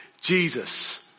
Jesus